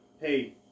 Hey